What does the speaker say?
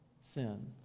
sin